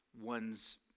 one's